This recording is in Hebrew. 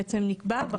היא תפגע.